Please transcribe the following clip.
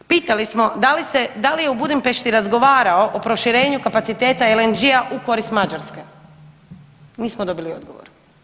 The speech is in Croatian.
Pitali smo da li se, da li je u Budimpešti razgovaro o proširenju kapaciteta LNG-a u korist Mađarske, nismo dobili odgovor.